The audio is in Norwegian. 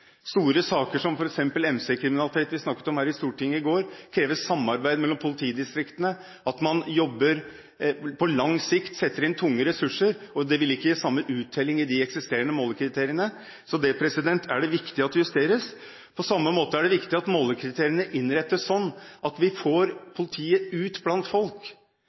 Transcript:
Store saker som f.eks. MC-kriminalitet, som vi snakket om her i Stortinget i går, krever samarbeid mellom politidistriktene, at man jobber på lang sikt og setter inn tunge ressurser. Det vil ikke gi samme uttelling i de eksisterende målekriteriene, så det er viktig at det justeres. På samme måte er det viktig at målekriteriene innrettes sånn at vi får politiet ut blant folk,